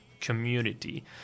community